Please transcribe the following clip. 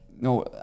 no